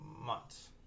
months